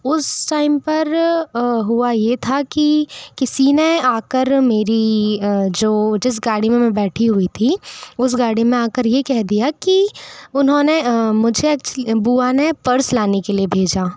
उस टाइम पर हुआ यह था कि किसी ने आकर मेरी जो जिस गाड़ी में बैठी हुई थी उस गाड़ी में आकर यह कह दिया कि उन्होंने मुझे बुआ ने पर्स लाने के लिए भेजा